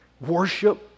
Worship